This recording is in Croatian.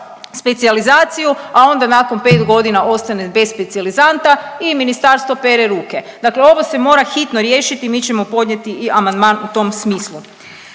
specijalizaciju, a onda nakon pet godina ostane bez specijalizanta i ministarstvo pere ruke. Dakle, ovo se mora hitno riješiti, mi ćemo podnijeti i amandman u tom smislu.